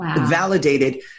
validated